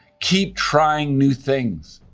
keep trying new things,